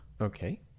Okay